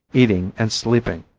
eating and sleeping.